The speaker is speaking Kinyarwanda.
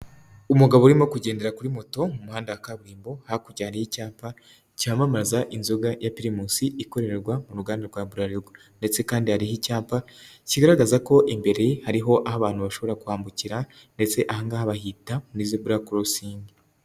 Umugabo urimo kugendera kuri moto, mu muhanda wa kaburimbo, hakurya hari icyapa, cyamamaza inzoga ya Pirimusi, ikorerwa mu ruganda rwa Buralirwa ndetse kandi hariho icyapa, kigaragaza ko imbere hariho abantu bashobora kwambukira ndetse ahangaha bahita muri zebura korosingi.